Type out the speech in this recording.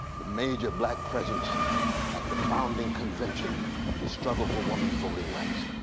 the major black presence at the founding convention for the struggle for women's voting rights.